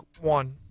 one